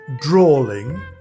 drawling